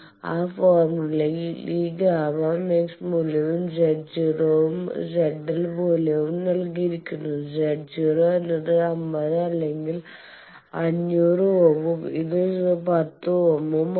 ആ ഫോർമുലയിൽ ഈ Γmax മൂല്യവും Z0 ഉം ZL മൂല്യവും നൽകിയിരിക്കുന്നു Z0 എന്നത് 50 അല്ലെങ്കിൽ 500 ohm ഉം ഇത് 10 ohm ഉം ആണ്